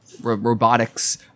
robotics